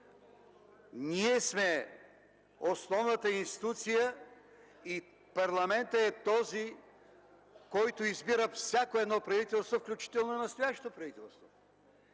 Ние сме основната институция и парламентът е този, който избира всяко едно правителство, включително и настоящото правителство.